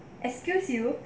excuse you